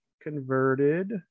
converted